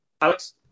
Alex